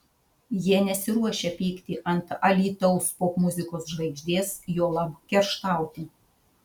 jie nesiruošia pykti ant alytaus popmuzikos žvaigždės juolab kerštauti